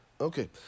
okay